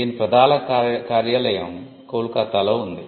దీని ప్రధాన కార్యాలయం కోల్కతాలో ఉంది